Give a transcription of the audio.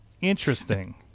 Interesting